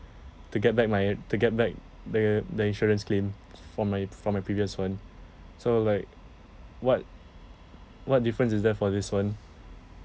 to get back my to get back the the insurance claim from my from my previous one so like what what difference is there for this one